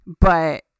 But-